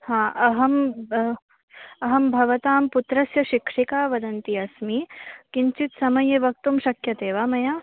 हा अहम् अहं भवतां पुत्रस्य शिक्षिका वदन्ती अस्मि किञ्चित् समयं वक्तुं शक्यते वा मया